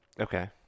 Okay